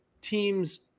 teams